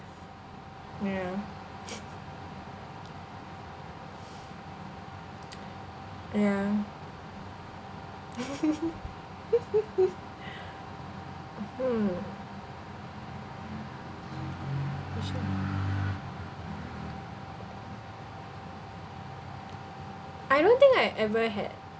yeah yeah mmhmm I don't think I ever had